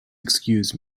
excuse